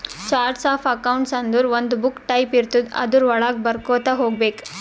charts of accounts ಅಂದುರ್ ಒಂದು book type ಇರ್ತುದ್ ಅದುರ್ ವಳಾಗ ಬರ್ಕೊತಾ ಹೋಗ್ಬೇಕ್